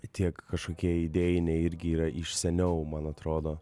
tiek kažkokie idėjiniai irgi yra iš seniau man atrodo